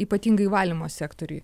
ypatingai valymo sektoriuj